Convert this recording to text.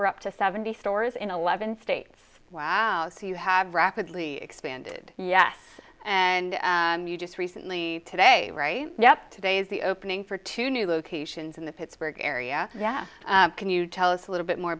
we're up to seventy stores in eleven states wow so you have rapidly expanded yes and you just recently today right yep today is the opening for two new locations in the pittsburgh area yeah can you tell us a little bit more